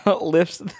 Lifts